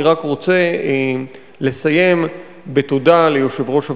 אני רק רוצה לסיים בתודה ליושב-ראש הוועדה,